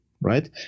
right